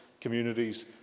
communities